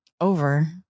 Over